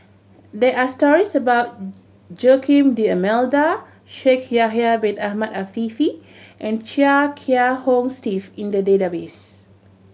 there are stories about Joaquim D'Almeida Shaikh Yahya Bin Ahmed Afifi and Chia Kiah Hong Steve in the database